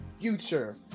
future